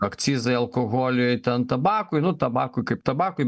akcizai alkoholiui ten tabakui nu tabakui kaip tabakui